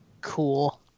Cool